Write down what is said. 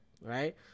right